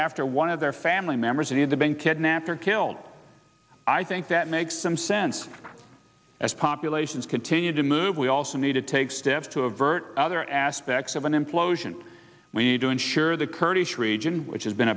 after one of their family members in the bank kidnapped or killed i think that makes some sense as populations continue to move we also need to take steps to avert other aspects of an implosion we need to ensure the kurdish region which has been